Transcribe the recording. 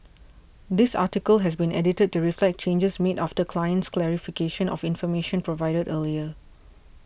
this article has been edited to reflect changes made after client's clarification of information provided earlier